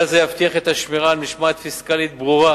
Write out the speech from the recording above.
כלל זה יבטיח את השמירה על משמעת פיסקלית ברורה